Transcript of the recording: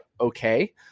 okay